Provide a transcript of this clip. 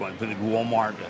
Walmart